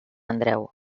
andreu